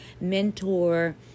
mentor